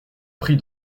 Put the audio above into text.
pris